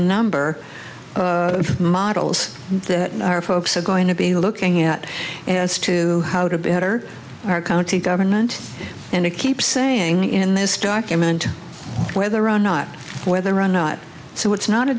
number of models that our folks are going to be looking at as to how to better our county government and a keep saying in this document whether or not whether or not so it's not a